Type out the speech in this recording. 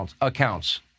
accounts